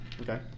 Okay